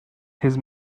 his